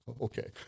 okay